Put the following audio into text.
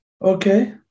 Okay